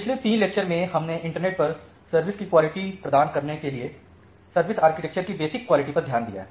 पिछले 3 लेक्चर में हमने इंटरनेट पर सर्विस की क्वालिटी प्रदान करने के लिए सर्विस आर्किटेक्चर की बेसिक क्वालिटी पर ध्यान दिया है